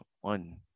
one